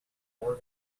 more